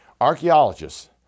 Archaeologists